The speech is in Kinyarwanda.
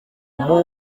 umwe